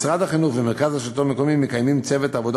משרד החינוך ומרכז השלטון המקומי מקיימים צוות עבודה